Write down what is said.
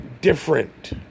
different